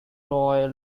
roy